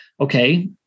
okay